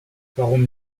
warum